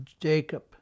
Jacob